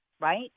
Right